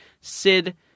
Sid